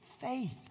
faith